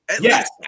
Yes